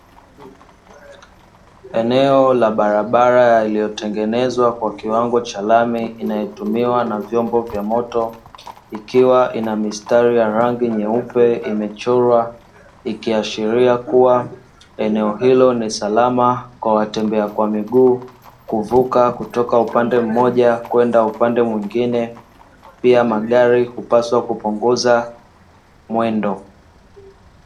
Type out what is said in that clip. Eneo la barabara iliyotengenezwa kwa kiwango cha lami, inayotumiwa na vyombo vya moto; ikiwa ina mistari ya rangi nyeupe, imechorwa. Ikiashiria kuwa eneo hilo ni salama kwa watembea kwa miguu, kuvuka kutoka upande mmoja kwenda upande mwingine, pia magari hupaswa kupunguza mwendo.